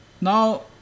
Now